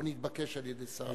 או נתבקש על-ידי שר המשפטים?